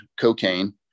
cocaine